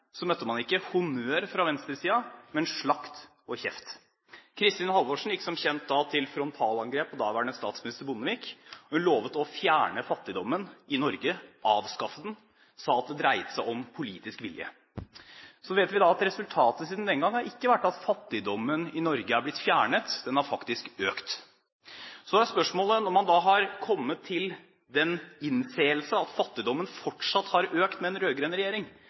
så har Kristelig Folkeparti faktisk sittet og styrt fattigdomspolitikken, sammen med Venstre og Høyre. I 2005 møtte man ikke honnør fra venstresiden, men slakt og kjeft. Kristin Halvorsen gikk, som kjent, da til frontalangrep på daværende statsminister Bondevik. Hun lovet å fjerne fattigdommen i Norge, avskaffe den, og sa at det dreide seg om politisk vilje. Så vet vi at resultatet siden den gang har ikke vært at fattigdommen i Norge er blitt fjernet, den har faktisk økt. Så er spørsmålet: Når man da har innsett at fattigdommen fortsatt har økt med en